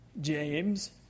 James